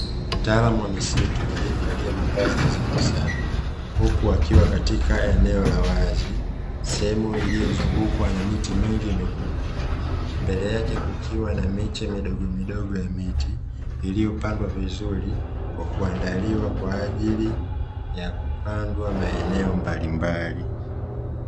Mtaalamu wa misitu alievalia mavazi nadhifu sana, huku akiwa katika eneo la wazi, sehemu iliyozungukwa na miti mingi mikubwa. Mbele yake kukiwa na miche midogomidogo ya miti, iliyopandwa vizuri kwa kuandaliwa kwa ajili ya kupandwa maeneo mbalimbali.